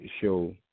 show